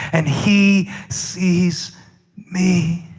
and he sees me.